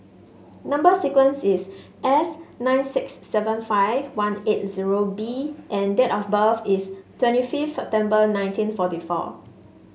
number sequence is S nine six seven five one eight zero B and date of birth is twenty fifth September nineteen forty four